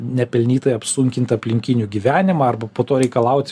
nepelnytai apsunkint aplinkinių gyvenimą arba po to reikalaut